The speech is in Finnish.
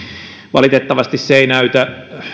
valitettavasti se ei näytä